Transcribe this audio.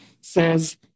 says